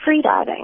freediving